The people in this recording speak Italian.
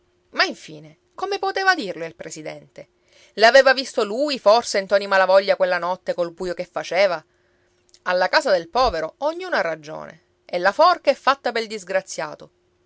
ma infine come poteva dirlo il presidente l'aveva visto lui forse ntoni malavoglia quella notte col buio che faceva alla casa del povero ognuno ha ragione e la forca è fatta pel disgraziato